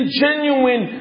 genuine